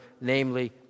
namely